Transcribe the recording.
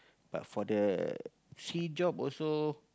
but for the actually job also